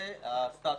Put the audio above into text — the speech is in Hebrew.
זה הסטאטוס.